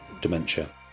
dementia